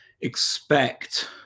expect